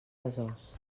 besòs